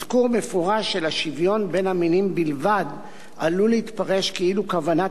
אזכור מפורש של השוויון בין המינים בלבד עלול להתפרש כאילו כוונת